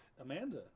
Amanda